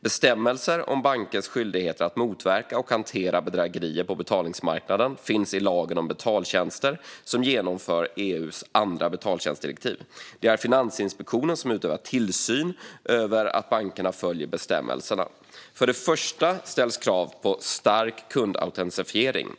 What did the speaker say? Bestämmelser om bankers skyldigheter att motverka och hantera bedrägerier på betalningsmarknaden finns i lagen om betaltjänster, som genomför EU:s andra betaltjänstdirektiv. Det är Finansinspektionen som utövar tillsyn över att bankerna följer bestämmelserna. För det första ställs krav på stark kundautentisering.